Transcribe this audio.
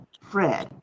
Fred